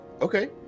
okay